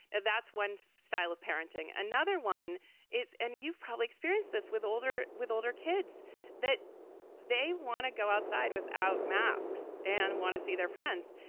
and that's one style of parenting. another one is and you've probably experienced this with older with older kids that they want to go outside without masks and want to see their friends.